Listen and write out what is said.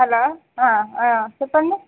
hello చెప్పండి